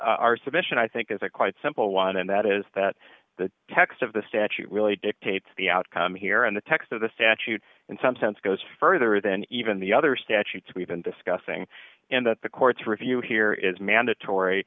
submission i think is a quite simple one and that is that the text of the statute really dictates the outcome here and the text of the statute in some sense goes further than even the other statutes we've been discussing and that the court's review here is mandatory